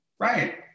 Right